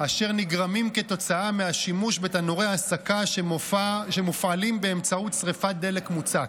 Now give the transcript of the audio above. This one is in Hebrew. אשר נגרמים כתוצאה מהשימוש בתנורי הסקה שמופעלים באמצעות שרפת דלק מוצק.